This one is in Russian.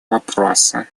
вопросы